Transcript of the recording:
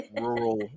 Rural